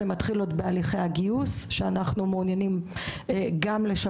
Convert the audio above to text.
זה מתחיל עוד בהליכי הגיוס שאנחנו מעוניינים לשפר